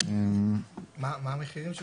מה המחירים שנלקחו?